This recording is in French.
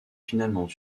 finalement